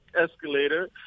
escalator